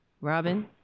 Robin